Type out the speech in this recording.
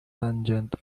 tangent